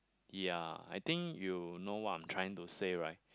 ya I think you know what I'm trying to say right